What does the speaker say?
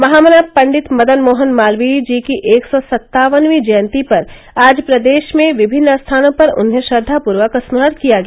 महामना पंडित मदन मोहन मालवीय की एक सौ सत्तावनवीं जयंती पर आज प्रदेश में विभिन्न स्थानों पर उन्हें श्रद्वापूर्वक स्मरण किया गया